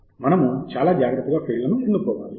మనము చాలా జాగ్రత్తగా ఫీల్డ్లను ఎన్నుకోవాలి